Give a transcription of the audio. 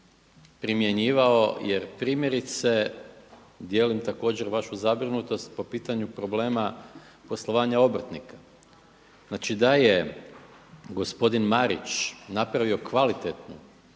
primjenjivao jer primjerice dijelim također vašu zabrinutost po pitanju problema poslovanja obrtnika. Znači da je gospodin Marić napravio kvalitetnu